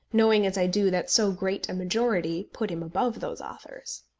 knowing as i do that so great a majority put him above those authors.